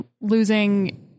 losing